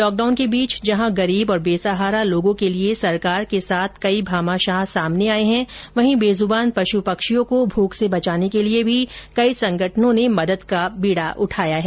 lock down के बीच जहां गरीब और बेसहारा लोगों के लिए सरकार के साथ कई भामाशाह सामने आए हैं वहीं बेज़ुबान पशु पक्षियों को भूख से बचाने के लिए भी कई संगठनों ने मदद करने का बीड़ा उठाया है